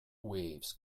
waves